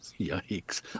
Yikes